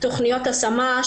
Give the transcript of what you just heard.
תוכניות השמה,